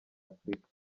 afurika